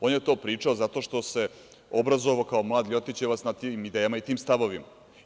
On je to pričao zato što se obrazovao kao mlad Ljotićevac na tim idejama i tim stavovima.